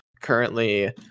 currently